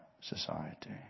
society